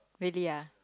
really ah